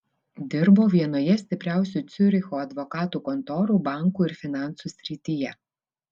dirbo vienoje stipriausių ciuricho advokatų kontorų bankų ir finansų srityje